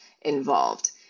involved